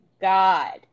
god